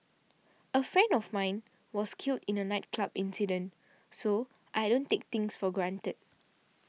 a friend of mine was killed in a nightclub incident so I don't take things for granted